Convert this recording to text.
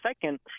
second